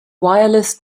wireless